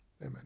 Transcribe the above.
Amen